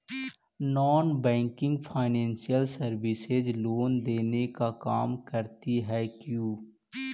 Non banking financial services loan देने का काम करती है क्यू?